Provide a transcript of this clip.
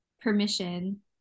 permission